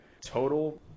total